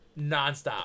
nonstop